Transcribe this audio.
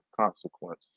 consequence